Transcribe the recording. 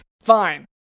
Fine